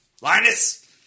Linus